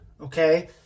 Okay